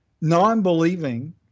non-believing